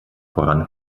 voran